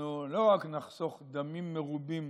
אנחנו לא רק נחסוך דמים מרובים